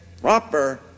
proper